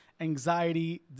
Anxiety